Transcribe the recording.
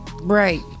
Right